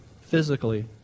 physically